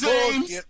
James